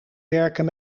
werken